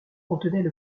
contenaient